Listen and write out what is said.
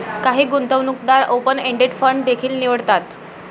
काही गुंतवणूकदार open ended fund देखील निवडतात